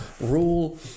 rule